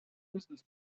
business